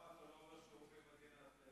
למה אתה לא אומר שהוא (אומר בערבית: